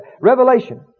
Revelation